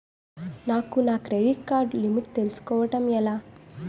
నాకు నా credit card limit తెలుసుకోవడం ఎలా?